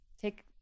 take